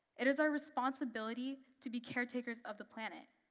it is our responsibility to be caretakers of the planet.